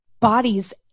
bodies